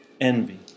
Envy